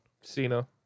Cena